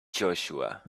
joshua